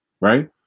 right